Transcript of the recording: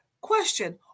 Question